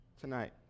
tonight